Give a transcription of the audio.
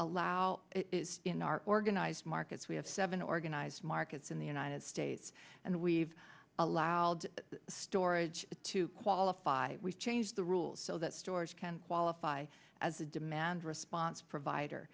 allow in our organized markets we have seven organized markets in the united states and we've allowed storage to qualify we changed the rules so that stores can qualify as a demand response provider